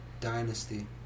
dynasty